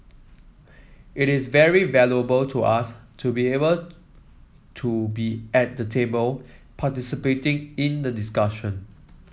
it is very valuable to us to be able to be at the table participating in the discussion